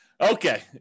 okay